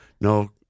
no